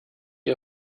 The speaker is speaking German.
ihr